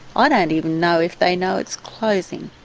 ah don't and even know if they know it's closing.